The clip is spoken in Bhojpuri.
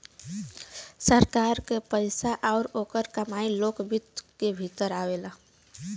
सरकार क पइसा आउर ओकर कमाई लोक वित्त क भीतर आवेला